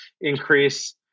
increase